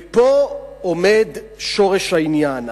ופה עומד שורש העניין,